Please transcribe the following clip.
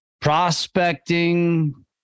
prospecting